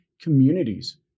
communities